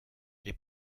les